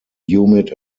humid